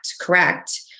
correct